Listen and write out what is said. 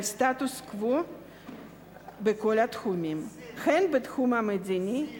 סטטוס קוו בכל התחומים: הן בתחום המדיני,